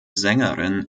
sängerin